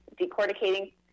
decorticating